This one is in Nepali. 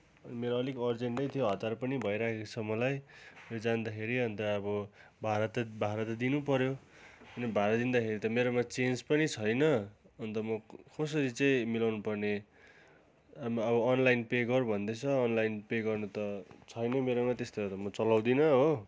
अनि मेरो अलिक अर्जेन्टै थियो हतार पनि भइराखेको छ मलाई र जाँदाखेरि अन्त अब भाडा त भाडा त दिनुपर्यो अनि भाडा दिँदाखेरि त मेरोमा चेन्ज पनि छैन अन्त म कसरी चाहिँ मिलाउनु पर्ने अब अनलाइन पे गर भन्दैछ अनलाइन पे गर्नु त छैन मेरोमा त्यस्तोहरू त म चलाउँदिन हो